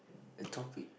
the topic